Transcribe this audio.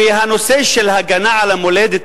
הנושא של הגנה על המולדת,